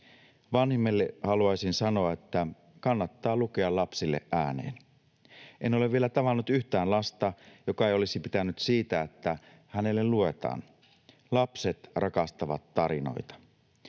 Vanhemmille haluaisin sanoa, että kannattaa lukea lapsille ääneen. En ole vielä tavannut yhtään lasta, joka ei olisi pitänyt siitä, että hänelle luetaan. Lapset rakastavat tarinoita.